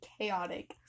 chaotic